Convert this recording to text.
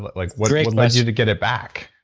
but like what led you to get it back?